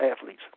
athletes